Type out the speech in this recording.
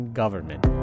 government